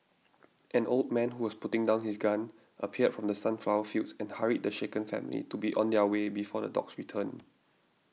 an old man who was putting down his gun appeared from the sunflower fields and hurried the shaken family to be on their way before the dogs return